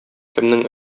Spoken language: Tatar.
кeмнeң